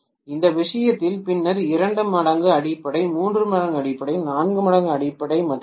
இந்த விஷயத்தில் பின்னர் 2 மடங்கு அடிப்படை 3 மடங்கு அடிப்படை 4 மடங்கு அடிப்படை மற்றும் பல